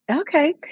Okay